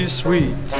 sweet